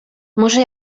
może